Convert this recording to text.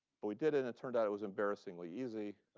but we did it, and it turned out it was embarrassingly easy.